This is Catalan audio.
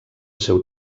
seu